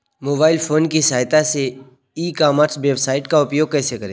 Mobile phone की सहायता से ई कॉमर्स वेबसाइट का उपयोग कैसे करें?